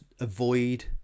avoid